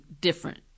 different